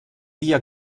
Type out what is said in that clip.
dia